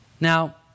Now